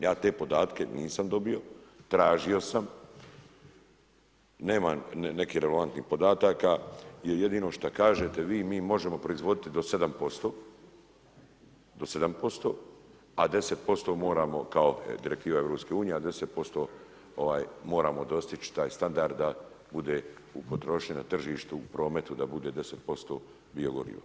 Ja te podatke nisam dobio, tražio sam, nemam nekih relevantnih podataka jer jedino šta kažete vi, mi možemo proizvoditi do 7%, a 10% moramo kao direktiva EU, a 10% moramo dostići taj standard da bude u potrošnji na tržištu u prometu da bude 10% biogoriva.